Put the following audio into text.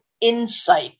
insight